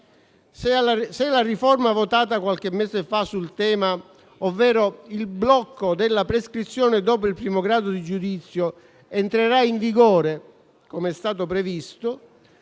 Se la riforma votata qualche mese fa sul tema, ovvero il blocco della prescrizione dopo il primo grado di giudizio, entrerà in vigore come è stato previsto,